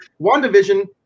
Wandavision